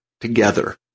together